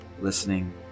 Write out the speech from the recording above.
listening